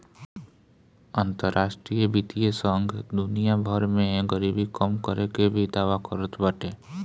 अंतरराष्ट्रीय वित्तीय संघ दुनिया भर में गरीबी कम करे के भी दावा करत बाटे